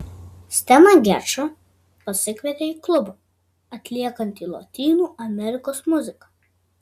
steną gečą pasikvietė į klubą atliekantį lotynų amerikos muziką